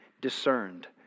discerned